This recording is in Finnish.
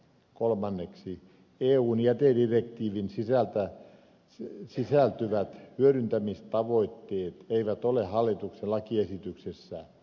kolmanneksi eun jätedirektiiviin sisältyviä hyödyntämistavoitteita ei ole hallituksen lakiesityksessä